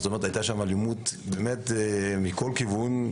הייתה שם אלימות מכל כיוון,